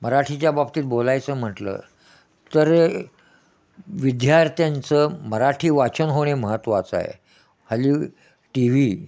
मराठीच्या बाबतीत बोलायचं म्हटलं तर विद्यार्थ्यांचं मराठी वाचन होणे महत्त्वाचं आहे हल्ली टी व्ही